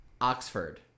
Oxford